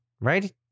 right